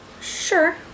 Sure